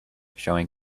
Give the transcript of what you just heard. showing